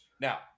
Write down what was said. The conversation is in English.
Now